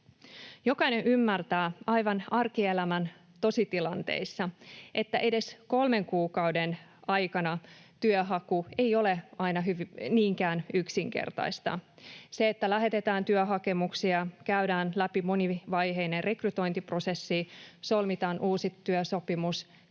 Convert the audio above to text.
Jokainen ymmärtää aivan arkielämän tositilanteissa, että edes kolmen kuukauden aikana työnhaku ei ole aina niinkään yksinkertaista. Se, että lähetetään työhakemuksia, käydään läpi monivaiheinen rekrytointiprosessi, solmitaan uusi työsopimus